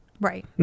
Right